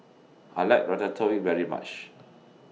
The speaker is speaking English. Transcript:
I like Ratatouille very much